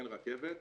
אין רכבת,